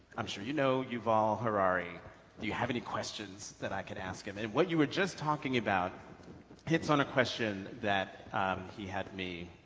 i'm sure you know yuval harari. do you have any questions that i could ask him? and what you were just talking about hits on a question that he had me,